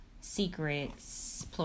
secrets